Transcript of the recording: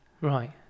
Right